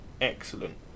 excellent